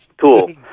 cool